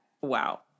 Wow